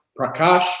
Prakash